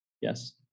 Yes